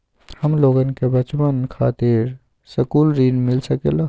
हमलोगन के बचवन खातीर सकलू ऋण मिल सकेला?